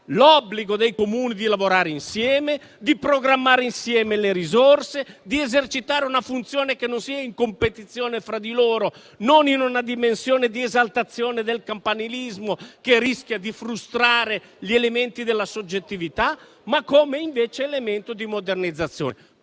l'obbligo per i Comuni di lavorare insieme, di programmare insieme le risorse, di esercitare una funzione che non sia in competizione fra di loro, non in una dimensione di esaltazione del campanilismo che rischia di frustrare gli elementi della soggettività, ma come invece elemento di modernizzazione.